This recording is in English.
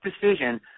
decision